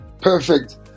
Perfect